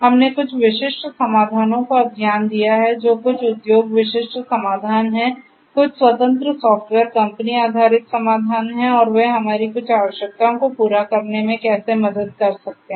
हमने कुछ विशिष्ट समाधानों पर ध्यान दिया है जो कुछ उद्योग विशिष्ट समाधान हैं कुछ स्वतंत्र सॉफ्टवेयर कंपनी आधारित समाधान हैं और वे हमारी कुछ आवश्यकताओं को पूरा करने में कैसे मदद कर सकते हैं